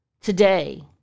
today